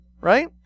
Right